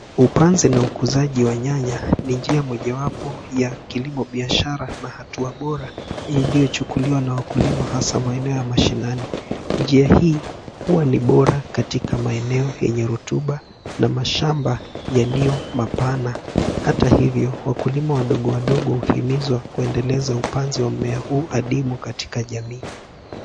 Upanzi na ukuzaji wa nyanya ni njia mojawapo ya kilimo biashara na hatua bora iliyochukuliwa na wakulima hasa maeneo ya mashinani. Njia hii huwa ni bora katika maeneo yenye rotuba na mashamba yaliyo mapana. Hata hivyo, wakulima wadogo wadogo huhimizwa kuendeleza upanzi wa mmea huu adimu katika jamii.